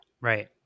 right